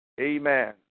Amen